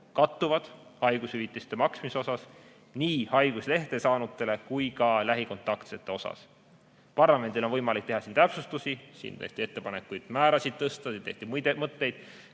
kattuvad haigushüvitiste maksmise osas nii haiguslehe saanutele kui ka lähikontaktsetele. Parlamendil on võimalik teha täpsustusi, siin tehti ettepanekuid määrasid tõsta ja oli muid mõtteid.